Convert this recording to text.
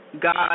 God